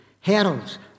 heralds